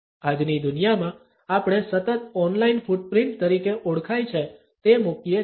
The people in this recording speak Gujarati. આજની દુનિયામાં આપણે સતત ઓનલાઇન ફુટપ્રિંટ તરીકે ઓળખાય છે તે મૂકીએ છીએ